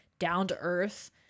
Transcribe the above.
down-to-earth